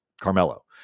Carmelo